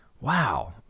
wow